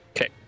Okay